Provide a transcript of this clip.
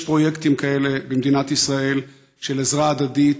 יש פרויקטים כאלה במדינת ישראל של עזרה הדדית,